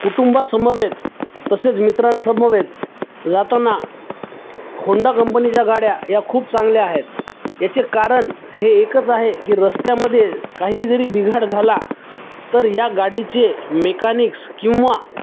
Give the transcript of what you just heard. कुटुंबासमवेत तसेच मित्रांसमवेत जाताना होंडा कंपनीच्या गाड्या या खूप चांगल्या आहेत याचे कारण हे एकच आहे की रस्त्यामध्ये काही जरी बिघाड झाला तर या गाडीचे मेकनिक्स किंवा